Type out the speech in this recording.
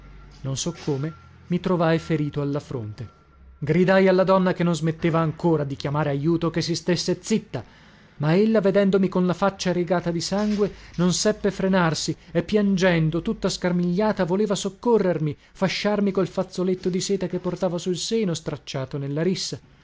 non so come mi trovai ferito alla fronte gridai alla donna che non smetteva ancora di chiamare ajuto che si stesse zitta ma ella vedendomi con la faccia rigata di sangue non seppe frenarsi e piangendo tutta scarmigliata voleva soccorrermi fasciarmi col fazzoletto di seta che portava sul seno stracciato nella rissa